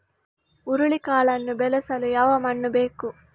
ಹುರುಳಿಕಾಳನ್ನು ಬೆಳೆಸಲು ಯಾವ ಮಣ್ಣು ಬೇಕು?